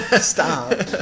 stop